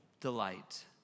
delight